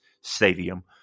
stadium